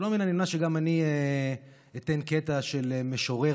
שלא מן הנמנע שגם אני אתן קטע של משורר